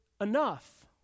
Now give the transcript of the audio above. enough